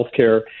healthcare